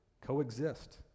coexist